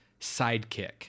sidekick